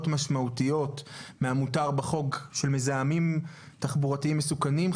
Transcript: משמעותיות מהמותר בחוק של מזהמים תחבורתיים מסוכנים.